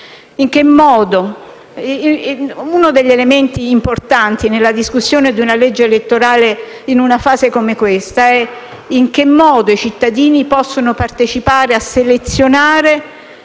partecipazione. Uno degli elementi importanti nella discussione di una legge elettorale, in una fase come questa, è in che modo i cittadini possono partecipare alla selezione